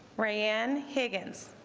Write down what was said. ryan higgins